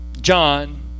John